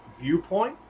viewpoint